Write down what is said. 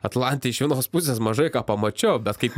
atlante iš vienos pusės mažai ką pamačiau bet kaip